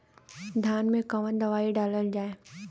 धान मे कवन दवाई डालल जाए?